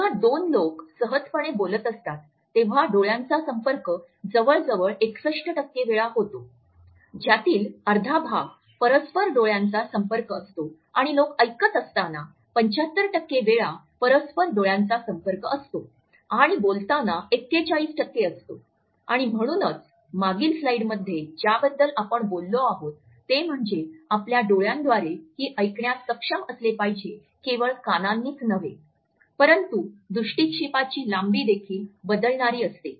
जेव्हा दोन लोक सहजपणे बोलत असतात तेव्हा डोळ्यांचा संपर्क जवळजवळ ६१ वेळा होतो ज्यातील अर्धा भाग परस्पर डोळ्यांचा संपर्क असतो आणि लोक ऐकत असताना 75 वेळा परस्पर डोळ्यांचा संपर्क असतो आणि बोलताना ४१ असतो आणि म्हणूनच मागील स्लाइड्समध्ये ज्याबद्दल आपण बोललो आहोत ते म्हणजे आपण आपल्या डोळ्यांद्वारे ही ऐकण्यास सक्षम असले पाहिजे केवळ कानांनीच नव्हे परंतु दृष्टीक्षेपाची लांबी देखील बदलणारी असते